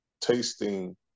tasting